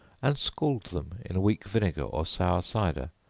and scald them in weak vinegar, or sour cider,